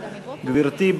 גברתי,